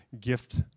gift